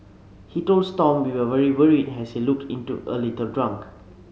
he told Stomp we were very worried as he looked into a little drunk